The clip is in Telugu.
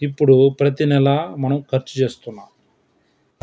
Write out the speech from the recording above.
ఇప్పుడు ప్రతి నెలా మనం ఖర్చు చేస్తున్నాం